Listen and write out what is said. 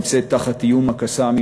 נמצאת תחת איום ה"קסאמים".